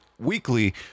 weekly